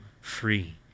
free